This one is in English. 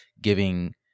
giving